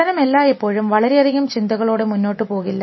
പഠനം എല്ലായ്പ്പോഴും വളരെയധികം ചിന്തകളോടെ മുന്നോട്ട് പോകില്ല